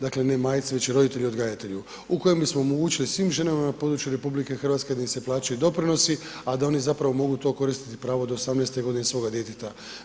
Dakle ne majci, nego roditelju odgajatelju u kojem bismo omogućili svim ženama na području RH da im se plaćaju doprinosi, a da one zapravo mogu to koristiti pravo do 18 g. svoga djeteta.